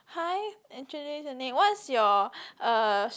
hi introduce your name what is your uh